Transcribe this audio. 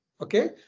okay